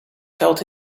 felt